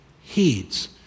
heeds